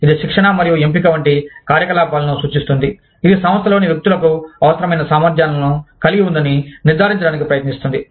ఇది శిక్షణ మరియు ఎంపిక వంటి కార్యకలాపాలను సూచిస్తుంది ఇది సంస్థలోని వ్యక్తులకు అవసరమైన సామర్థ్యాలను కలిగి ఉందని నిర్ధారించడానికి ప్రయత్నిస్తుంది